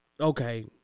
okay